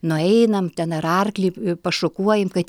nueinam ten ar arklį pašukuojam kad